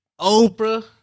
oprah